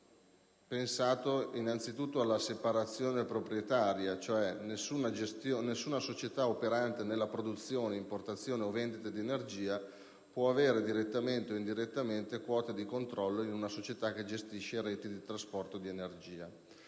si era pensato innanzitutto alla separazione proprietaria (nessuna società operante nella produzione, importazione o vendita di energia può avere, direttamente o indirettamente, quote di controllo in una società che gestisce reti di trasporto di energia).